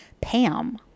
Pam